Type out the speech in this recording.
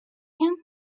him